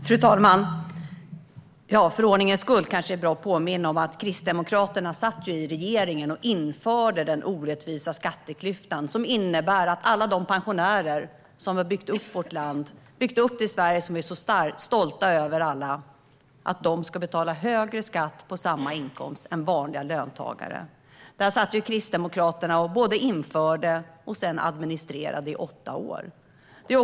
Fru talman! För ordningens skull kanske det är bra att påminna om att Kristdemokraterna satt i regeringen och införde den orättvisa skatteklyfta som innebär att alla de pensionärer som har byggt upp vårt land, det Sverige som vi alla är så stolta över, ska betala högre skatt på samma inkomst än vanliga löntagare. Kristdemokraterna var med och både införde och administrerade detta i åtta år.